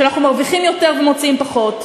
כשאנחנו מרוויחים יותר ומוציאים פחות,